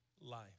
life